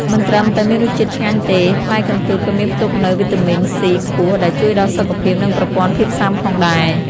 មិនត្រឹមតែមានរសជាតិឆ្ងាញ់ទេ ផ្លែកន្ទួតក៏មានផ្ទុកនូវ វីតាមីន ស៊ី ខ្ពស់ ដែលជួយដល់សុខភាព និងប្រព័ន្ធភាពស៊ាំផងដែរ។